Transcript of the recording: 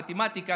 מתמטיקה,